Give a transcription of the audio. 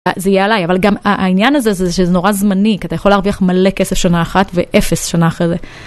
זה יהיה עליי, אבל גם העניין הזה זה שזה נורא זמני כי אתה יכול להרוויח מלא כסף שנה אחת, ואפס שנה אחרי זה.